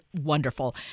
wonderful